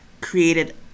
created